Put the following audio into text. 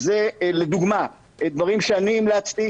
לדוגמה דברים שאני המלצתי,